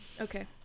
Okay